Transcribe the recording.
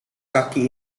kaki